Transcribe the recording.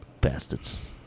Bastards